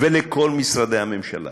ולכל משרדי הממשלה,